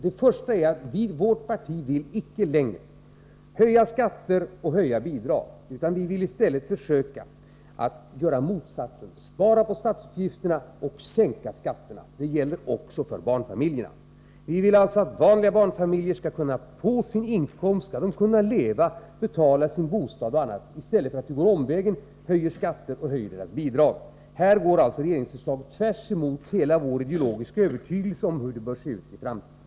Den första är att vårt parti icke längre vill höja skatter och höja bidrag. Vi vill i stället försöka göra motsatsen: spara på statsutgifterna och sänka skatterna. Det gäller också för barnfamiljerna. Vi vill alltså att vanliga — Nr 130 barnfamiljer skall kunna leva på sin inkomst, betala sin bostad och annat, i Torsdagen den stället för att man skall gå omvägen och höja skatterna och höja människor 26 april 1984 nas bidrag. Här går alltså regeringsförslaget tvärtemot hela vår ideologiska övertygelse om hur det bör vara i framtiden.